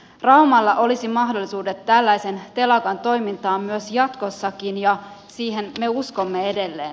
raumalla olisi mahdollisuudet tällaisen telakan toimintaan jatkossakin ja siihen me uskomme edelleen